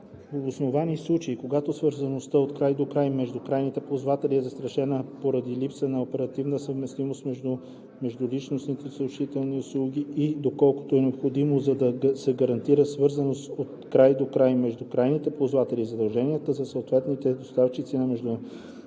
в обосновани случаи, когато свързаността от край до край между крайните ползватели е застрашена поради липсата на оперативна съвместимост между междуличностните съобщителни услуги и, доколкото е необходимо, за да се гарантира свързаност от край до край между крайните ползватели, задължения за съответните доставчици на междуличностни